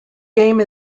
game